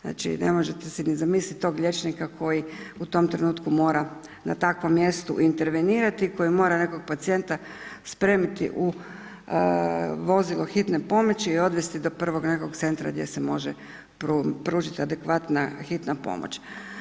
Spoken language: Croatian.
Znači ne možete si ni zamislit tog liječnika koji u tom trenutku mora na takvom mjestu intervenirati, koji mora nekog pacijenta spremiti u vozilo hitne pomoći i odvesti do prvog nekog centra gdje se može pružit adekvatna hitna pomoć.